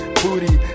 booty